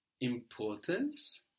Importance